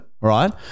Right